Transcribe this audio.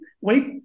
wait